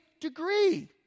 degree